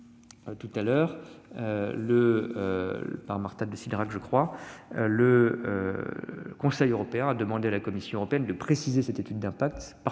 me semble-t-il, le Conseil européen a demandé à la Commission européenne de détailler cette étude d'impact